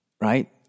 right